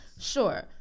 Sure